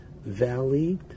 Valley